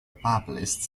published